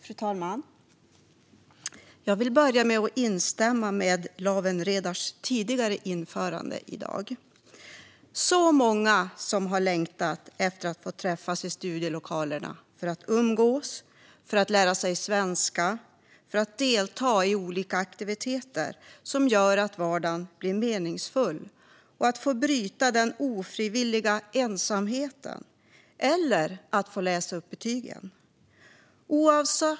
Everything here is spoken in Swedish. Fru talman! Jag vill börja med att instämma i Lawen Redars tidigare anförande i dag. Det är många som har längtat efter att få träffas i studielokalerna för att umgås, för att lära sig svenska, för att delta i olika aktiviteter som gör att vardagen blir meningsfull, för att bryta den ofrivilliga ensamheten eller för att läsa upp betygen.